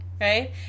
right